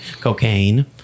cocaine